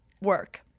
work